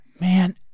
Man